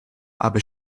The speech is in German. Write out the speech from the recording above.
aber